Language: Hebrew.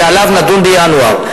ועליו נדון בינואר.